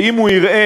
שאם הוא יראה